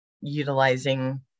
utilizing